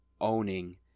owning